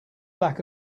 lack